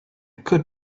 could